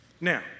Now